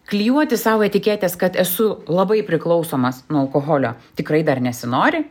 klijuoti sau etiketės kad esu labai priklausomas nuo alkoholio tikrai dar nesinori